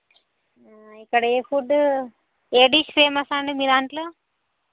ఇక్కడ ఏ ఫుడ్ ఏ డిష్ ఫేమస్ అండి మీ దాంట్లో